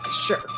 Sure